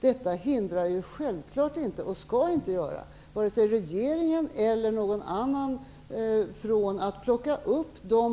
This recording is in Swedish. Detta hindrar självfallet inte, och skall inte göra det, vare sig regeringen eller någon annan från att plocka upp